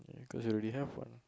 cause you already have one